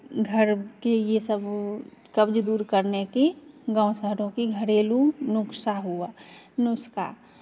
घर के ये सब कब्ज़ दूर करने की गाँव शहरों की घरेलू नुक्सा हुआ नुस्खा